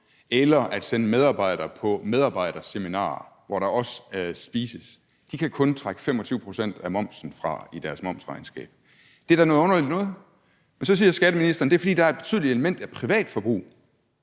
eller for at sende medarbejdere på medarbejderseminarer, hvor der også spises, kan kun trække 25 pct. af momsen fra i deres momsregnskab. Det er da noget underligt noget. Så siger skatteministeren, at det er, fordi der er et betydeligt element af privatforbrug,